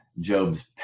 Job's